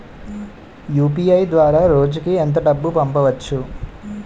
UPI ద్వారా రోజుకి ఎంత డబ్బు పంపవచ్చు?